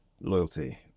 loyalty